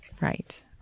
Right